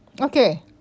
Okay